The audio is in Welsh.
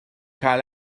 cael